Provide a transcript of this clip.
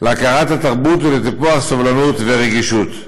להכרת התרבות ולטיפוח סובלנות ורגישות.